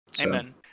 Amen